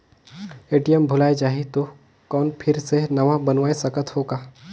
ATM भुलाये जाही तो कौन फिर से नवा बनवाय सकत हो का?